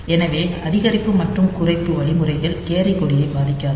எனவே அதிகரிப்பு மற்றும் குறைப்பு வழிமுறைகள் கேரி கொடியை பாதிக்காது